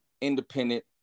independent